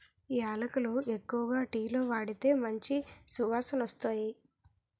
యాలకులు ఎక్కువగా టీలో వాడితే మంచి సువాసనొస్తాయి